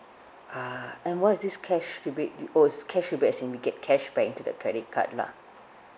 ah and what is this cash rebate oh it's cash rebate as in we get cash back into the credit card lah